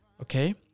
okay